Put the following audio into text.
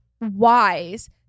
wise